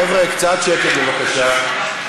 חבר'ה, קצת שקט, בבקשה.